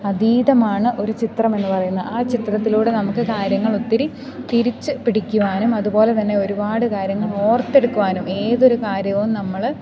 അതീതമാണ് ഒരു ചിത്രം എന്നു പറയുന്നത് ആ ചിത്രത്തിലൂടെ നമുക്ക് കാര്യങ്ങൾ ഒത്തിരി തിരിച്ചു പിടിക്കുവാനും അതുപോലെതന്നെ ഒരുപാട് കാര്യങ്ങൾ ഓർത്തെടുക്കുവാനും ഏതൊരു കാര്യവും നമ്മൾ